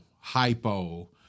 Hypo